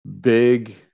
big